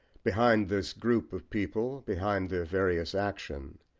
behind this group of people, behind their various action,